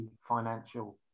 financial